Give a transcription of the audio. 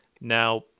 Now